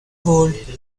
world